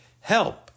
Help